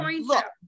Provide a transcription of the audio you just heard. look